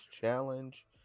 Challenge